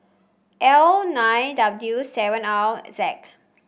L nine W seven R Z